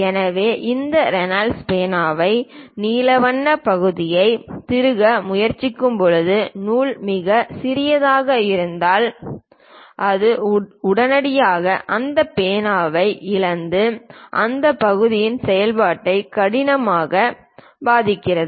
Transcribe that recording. எனவே இந்த ரெனால்ட்ஸ் பேனாவை நீல வண்ணப் பகுதியை திருக முயற்சிக்கும்போது நூல் மிகச் சிறியதாக இருந்தால் அது உடனடியாக அந்த பேனாவை இழந்து அந்த பகுதியின் செயல்பாடு கடுமையாக பாதிக்கிறது